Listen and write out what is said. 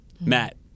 Matt